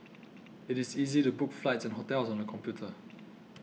it is easy to book flights and hotels on the computer